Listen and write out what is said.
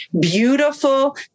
beautiful